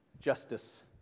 justice